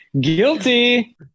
Guilty